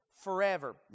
forever